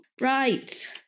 Right